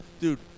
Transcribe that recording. Dude